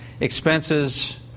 expenses